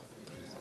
אין מתנגדים.